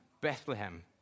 Bethlehem